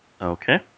Okay